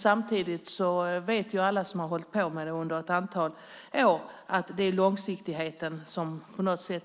Samtidigt vet alla som har hållit på med det under ett antal år att det är långsiktigheten som